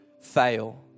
fail